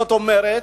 זאת אומרת,